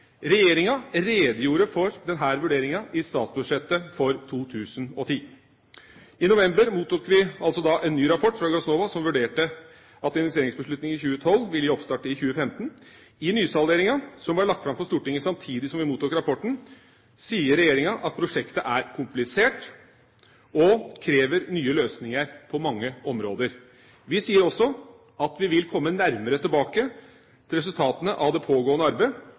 Regjeringa redegjorde for denne vurderinga i statsbudsjettet for 2010. I november mottok vi en ny rapport fra Gassnova som vurderte at investeringsbeslutning i 2012 ville gi oppstart i 2015. I nysalderinga, som ble lagt fram for Stortinget samtidig som vi mottok rapporten, sier regjeringa at prosjektet er komplisert og krever nye løsninger på mange områder. Vi sier også at vi vil komme nærmere tilbake til resultatene av det pågående